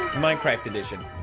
minecraft edition